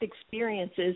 experiences